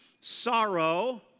sorrow